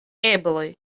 ebloj